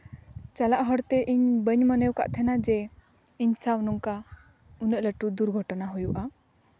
ᱪᱟᱞᱟᱜ ᱦᱚᱨᱛᱮ ᱤᱧ ᱵᱟᱹᱧ ᱢᱚᱱᱮ ᱠᱟᱜ ᱛᱟᱦᱮᱱ ᱡᱮ ᱤᱧ ᱥᱟᱶ ᱱᱚᱝᱠᱟ ᱩᱱᱟᱹᱜ ᱞᱟᱹᱴᱩ ᱫᱩᱨᱜᱷᱚᱴᱚᱱᱟ ᱦᱩᱭᱩᱜᱼᱟ